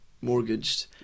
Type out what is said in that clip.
mortgaged